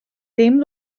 ddim